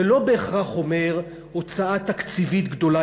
זה לא בהכרח אומר הוצאה תקציבית גדולה